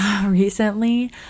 recently